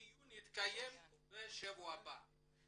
הדיון יתקיים בשבוע הבא.